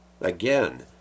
Again